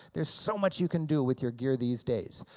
there's so much you can do with your gear these days.